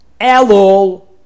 Elul